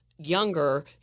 younger